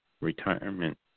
retirement